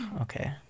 Okay